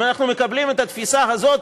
אם אנחנו מקבלים את התפיסה הזו,